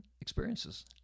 experiences